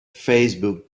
facebook